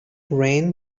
rain